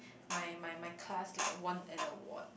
my my my class like won an award